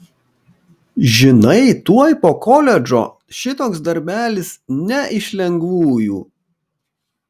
žinai tuoj po koledžo šitoks darbelis ne iš lengvųjų